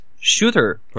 Shooter